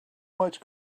much